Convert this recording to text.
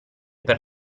per